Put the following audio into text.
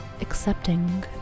accepting